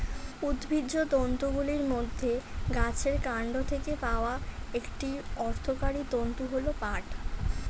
উদ্ভিজ্জ তন্তুগুলির মধ্যে গাছের কান্ড থেকে পাওয়া একটি অর্থকরী তন্তু হল পাট